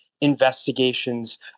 investigations